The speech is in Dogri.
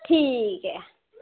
ठीक ऐ